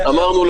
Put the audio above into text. נמצא אתנו,